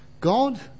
God